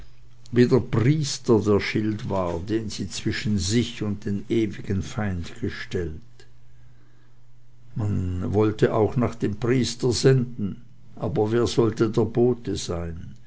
der priester der schild war den sie zwischen sich und den ewigen feind gestellt man wollte auch nach dem priester senden aber wer sollte der bote sein